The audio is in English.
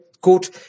quote